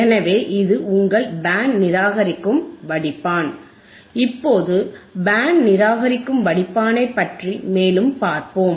எனவே இது உங்கள் பேண்ட் நிராகரிக்கும் வடிப்பான் இப்போது பேண்ட் நிராகரிக்கும் வடிப்பானைப் பற்றி மேலும் பார்ப்போம்